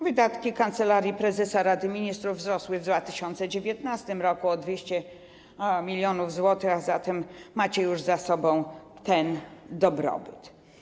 Wydatki Kancelarii Prezesa Rady Ministrów wzrosły w 2019 r. o 200 mln zł, a zatem macie już za sobą ten dobrobyt.